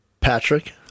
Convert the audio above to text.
Patrick